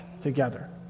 together